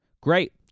Great